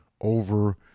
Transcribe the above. over